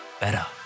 better